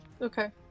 Okay